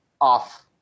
Off